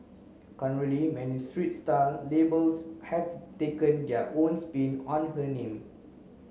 currently many streets style labels have taken their own spin on her name